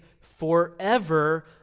forever